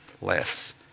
less